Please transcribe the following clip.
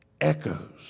echoes